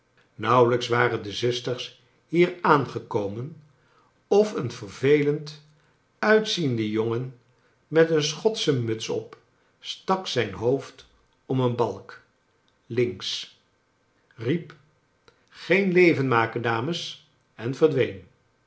nauwelijks waren de zusters hier aangekomen of een vervelend uitziende jongen met een schotsche muts op stak zijn hoofd om een balk links riep geen leven maken dames en verdween